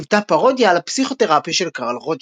והיוותה פרודיה על הפסיכותרפיה של קרל רוג'רס.